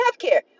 healthcare